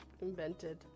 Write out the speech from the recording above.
invented